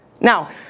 Now